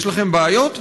יש לכם בעיות?